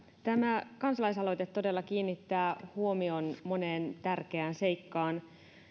tämä kansalaisaloite todella kiinnittää huomion moneen tärkeään seikkaan